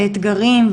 את האתגרים,